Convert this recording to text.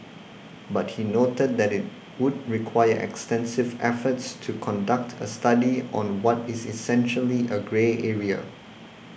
but he noted that it would require extensive efforts to conduct a study on what is essentially a grey area